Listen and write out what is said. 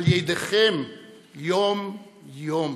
על ידיכם יום-יום.